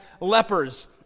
lepers